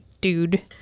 dude